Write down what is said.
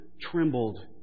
trembled